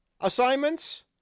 assignments